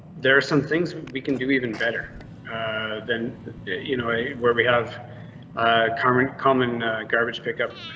there are some things we can do even better than you know where we have common common garbage pickup.